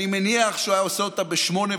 אני מניח שהוא היה עושה אותה ב-20:10,